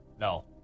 No